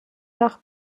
nach